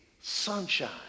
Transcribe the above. sunshine